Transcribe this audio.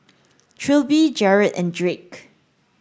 Trilby Jered and Drake